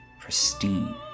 pristine